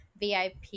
VIP